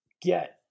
get